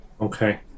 Okay